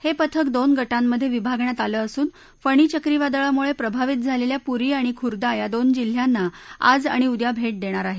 हे पथक दोन गटामधे विभागण्यात आलं असून फणी चक्रीवादळामुळे प्रभावित झालेल्या पूरी आणि खुरदा या दोन जिल्ह्यांना आज आणि उद्या भेट देणार आहे